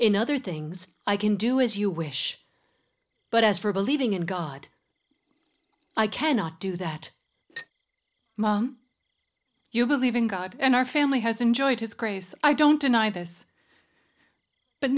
in other things i can do as you wish but as for believing in god i cannot do that you believe in god and our family has enjoyed his grace i don't deny this but